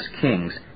kings